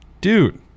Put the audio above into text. dude